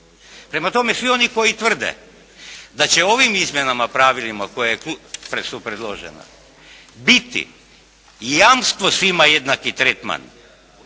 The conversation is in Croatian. Prema tome, svi oni koji tvrde da će ovim izmjenama pravila koja su predložena biti jamstvo svima jednaki tretman